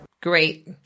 Great